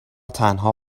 تنها